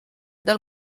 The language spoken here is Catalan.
del